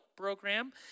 Program